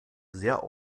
sehr